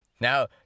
Now